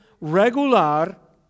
regular